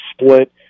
split